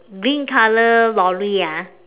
green color lorry ah